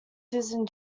susan